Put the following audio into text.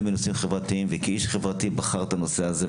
בנושאים חברתיים וכאיש חברתי בחר את הנושא הזה,